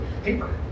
paper